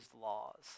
laws